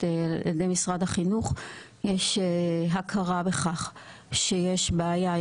על ידי משרד החינוך יש הכרה בכך שיש בעיה,